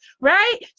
right